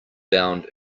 bound